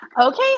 Okay